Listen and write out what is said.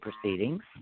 proceedings